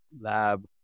lab